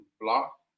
block